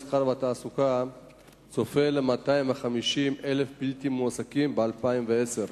המסחר והתעסוקה צופה 250,000 בלתי מועסקים ב-2010.